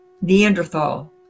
Neanderthal